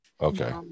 okay